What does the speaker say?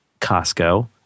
Costco